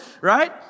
right